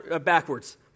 backwards